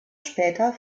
später